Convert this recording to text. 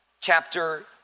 chapter